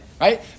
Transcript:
right